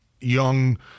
young